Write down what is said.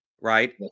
Right